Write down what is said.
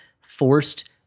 forced